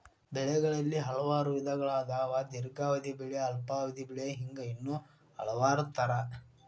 ಬೆಳೆಗಳಲ್ಲಿ ಹಲವಾರು ವಿಧಗಳು ಅದಾವ ದೇರ್ಘಾವಧಿ ಬೆಳೆ ಅಲ್ಪಾವಧಿ ಬೆಳೆ ಹಿಂಗ ಇನ್ನೂ ಹಲವಾರ ತರಾ